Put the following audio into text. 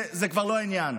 זה כבר לא העניין,